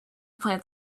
plant